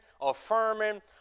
affirming